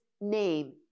name